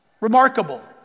Remarkable